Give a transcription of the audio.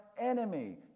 enemy